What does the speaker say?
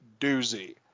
doozy